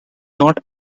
not